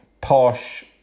posh